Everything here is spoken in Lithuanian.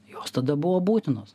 jos tada buvo būtinos